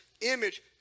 image